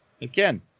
again